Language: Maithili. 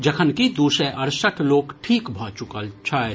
जखनकि दू सय अड़सठ लोक ठीक भऽ चुकल छथि